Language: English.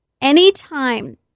Anytime